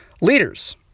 leaders